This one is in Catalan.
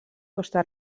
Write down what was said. costa